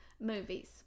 Movies